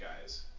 guys